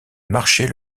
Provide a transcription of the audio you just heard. marcher